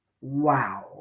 wow